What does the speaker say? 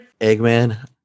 Eggman